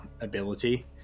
ability